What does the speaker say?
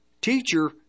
Teacher